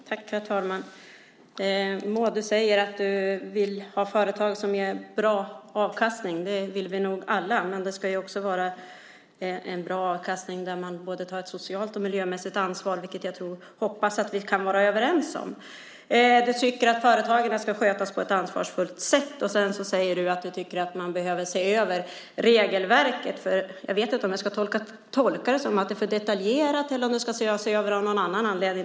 Herr talman! Maud säger att hon vill ha företag som ger bra avkastning. Det vill vi nog alla. Men det ska också vara en avkastning där man tar ett både socialt och miljömässigt ansvar, vilket jag hoppas att vi kan vara överens om. Du tycker att företagen ska skötas på ett ansvarsfullt sätt, och sedan säger du att man behöver se över regelverket. Jag vet inte om jag ska tolka det som att regelverket är för detaljerat eller om det ska ses över av någon annan anledning.